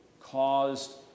caused